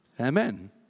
Amen